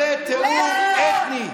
חברת הכנסת טלי גוטליב,